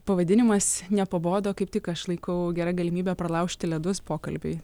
pavadinimas nepabodo kaip tik aš laikau gera galimybė pralaužti ledus pokalbiui